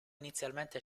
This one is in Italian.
inizialmente